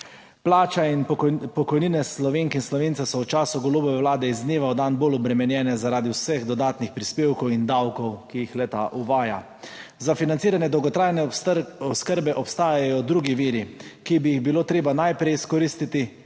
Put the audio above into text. Plače in pokojnine Slovenk in Slovencev so v času Golobove Vlade iz dneva v dan bolj obremenjene zaradi vseh dodatnih prispevkov in davkov, ki jih le-ta uvaja. Za financiranje dolgotrajne oskrbe obstajajo drugi viri, ki bi jih bilo treba najprej izkoristiti,